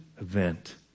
event